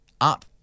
up